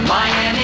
Miami